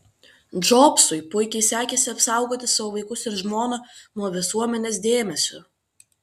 džobsui puikiai sekėsi apsaugoti savo vaikus ir žmoną nuo visuomenės dėmesio